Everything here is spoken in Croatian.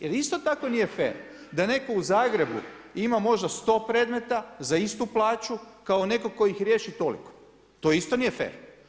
Jer isto tako nije fer da netko u Zagrebu ima možda100 predmeta za istu plaću kao netko tko ih riješi toliko, to isto nije fer.